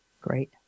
Great